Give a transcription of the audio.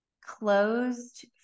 closed